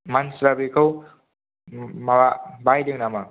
मानसिफ्रा बेखौ माबा बायदों नामा